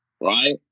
Right